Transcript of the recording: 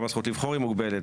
גם הזכות לבחור היא מוגבלת.